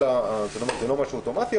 זה לא דבר אוטומטי,